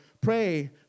pray